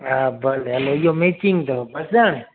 हा भले हलो इहो मेचींग अथव पसंदि